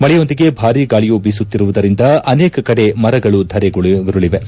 ಮಳೆಯೊಂದಿಗೆ ಭಾರೀ ಗಾಳಿಯೂ ಬೀಸುತ್ತಿರುವುದರಿಂದ ಅನೇಕ ಕಡೆ ಮರಗಳು ಧರೆಗುರುಳಿವೆ